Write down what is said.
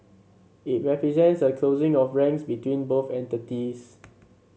it represents a closing of ranks between both entities